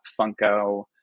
Funko